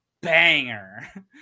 banger